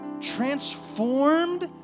transformed